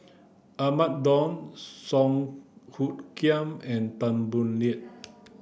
Ahmad Daud Song Hoot Kiam and Tan Boo Liat